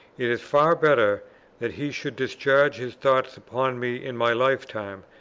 it is far better that he should discharge his thoughts upon me in my lifetime,